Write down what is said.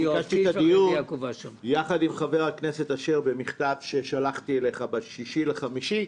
ביקשתי את הדיון יחד עם חבר הכנסת אשר במכתב ששלחתי אליך ב-6 במאי,